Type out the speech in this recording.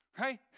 Right